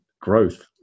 growth